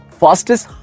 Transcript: fastest